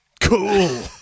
Cool